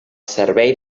servei